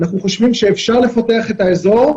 אנחנו חושבים שאפשר לפתח את האזור,